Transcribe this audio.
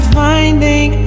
finding